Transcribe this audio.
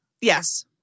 Yes